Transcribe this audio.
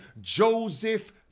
Joseph